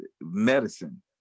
medicine